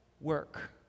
work